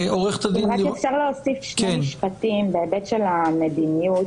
רק אם אפשר להוסיף שני משפטים בהיבט של המדיניות.